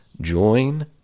Join